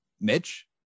Mitch